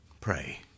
Pray